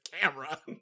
camera